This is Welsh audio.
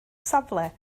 safle